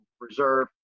reserve